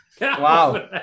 Wow